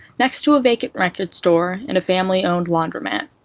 next to a vacant record store and a family owned laundromat.